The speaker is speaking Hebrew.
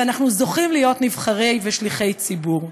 ואנחנו זוכים להית נבחרי ושליחי ציבור.